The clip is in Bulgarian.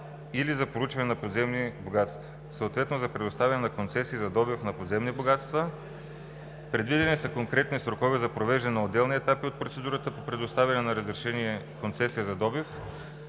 или за проучване на подземни богатства, съответно за предоставяне на концесии за добив на подземни богатства; предвидени са конкретни срокове за провеждане на отделните етапи от процедурата по предоставяне на разрешение/концесия за добив,